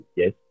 yes